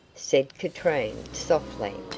said katrine, softly.